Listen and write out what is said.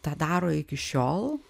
tą daro iki šiol